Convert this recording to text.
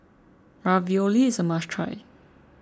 Ravioli is a must try